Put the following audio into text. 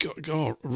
god